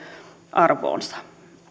arvoonsa